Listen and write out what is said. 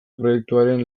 proiektuaren